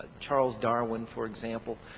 charles darwin for example,